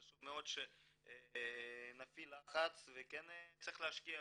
חשוב מאוד שנפעיל לחץ וכן צריך להשקיע